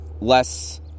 less